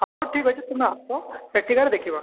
ହଉ ଠିକ୍ ଅଛି ତୁମେ ଆସ ସେଠିକାର ଦେଖିବା